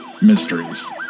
mysteries